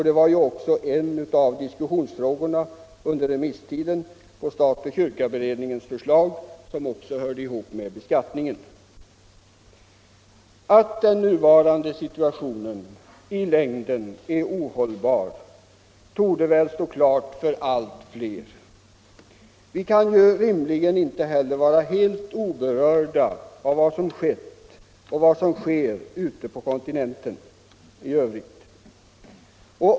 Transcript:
Det var ju också en av diskussionsfrågorna under remissbehandlingen av stat-kyrka-beredningens förslag, som även hörde ihop med beskattningen. Att den nuvarande situationen i längden är ohållbar torde väl stå klart för allt fler. Vi kan ju rimligen inte heller vara helt oberörda av vad som skett och sker ute på kontinenten i övrigt.